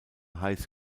heiße